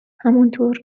همانطور